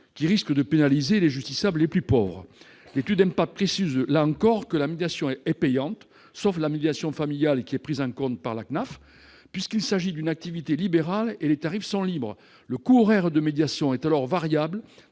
qui risque de pénaliser les justiciables les plus pauvres. L'étude d'impact précise, là encore, que la médiation est payante- sauf la médiation familiale qui est prise en compte par la Caisse nationale des allocations familiales, la CNAF -, puisqu'il s'agit d'une activité libérale, et les tarifs sont libres. Le coût horaire de médiation est alors variable,